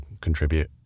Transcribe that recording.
contribute